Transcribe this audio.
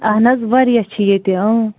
اہن حظ واریاہ چھِ ییٚتہِ اۭں